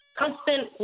constant